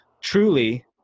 truly